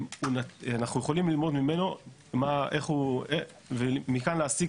ואנחנו יכולים ללמוד ממנו ומכאן להסיק